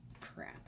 crap